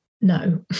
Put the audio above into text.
No